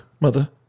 mother